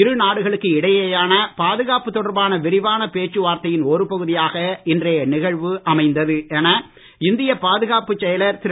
இரு நாடுகளுக்கு இடையே இடையேயான பாதுகாப்பு தொடர்பான விரிவான ஒரு பேச்சுவார்த்தையின் ஒரு பகுதியாக இன்றைய நிகழ்வு அமைந்தது என இந்திய பாதுகாப்புச் செயலர் திரு